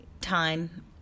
time